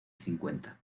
cincuenta